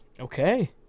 Okay